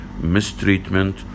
mistreatment